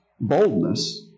boldness